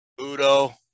Udo